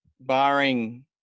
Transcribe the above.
barring